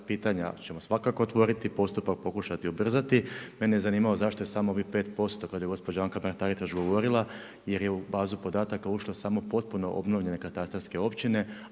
pitanja ćemo svakako otvoriti, postupak pokušati ubrzati. Mene je zanimalo zašto je samo ovih 5% kada je gospođa Mrak-Taritaš govorila, jer je u bazu podataka ušlo samo potpuno obnovljene katastarske općine